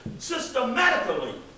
Systematically